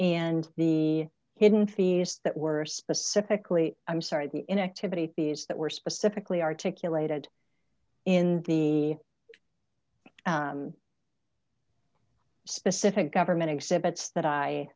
and the hidden fees that were specifically i'm sorry in activities that were specifically articulated in the specific government exhibits that